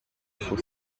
for